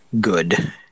good